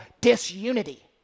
disunity